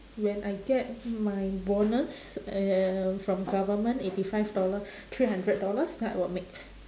when I get my bonus uh from government eighty five dollar three hundred dollars then I will make